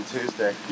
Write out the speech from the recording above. Tuesday